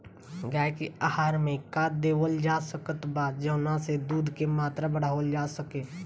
गाय के आहार मे का देवल जा सकत बा जवन से दूध के मात्रा बढ़ावल जा सके?